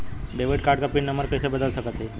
Debit card क pin number कइसे बदल सकत हई?